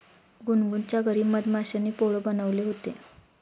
गुनगुनच्या घरी मधमाश्यांनी पोळं बनवले होते